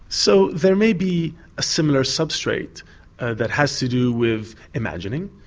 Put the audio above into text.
so there may be a similar substrate that has to do with imagining,